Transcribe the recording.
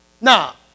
Now